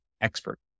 expert